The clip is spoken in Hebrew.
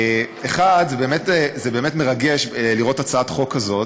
1. זה באמת מרגש לראות הצעת חוק כזאת.